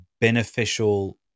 beneficial